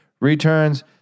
Returns